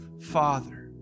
father